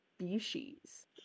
species